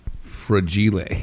Fragile